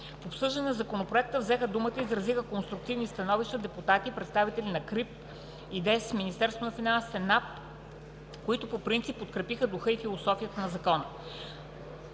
В обсъждане на Законопроекта взеха думата и изразиха конструктивни становища депутати, представители на КРИБ, ИДЕС, Министерство на финансите и НАП, които по принцип подкрепиха духа и философията на Закона.